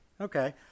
okay